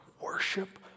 worship